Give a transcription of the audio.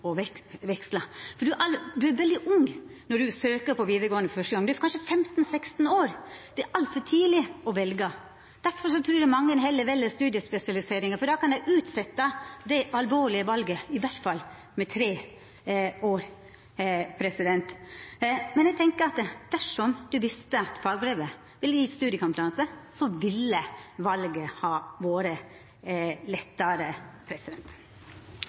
og veksla, for ein er veldig ung når ein søkjer på vidaregåande første gongen – kanskje 15–16 år gamal. Det er altfor tidleg å velja, og difor trur eg mange heller vel studiespesialisering, for då kan ein utsetja det alvorlege valet i alle fall i tre år. Eg tenkjer at dersom ein visste at fagbrevet ville gje studiekompetanse, ville valet ha vore lettare.